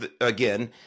again